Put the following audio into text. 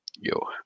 Yo